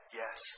yes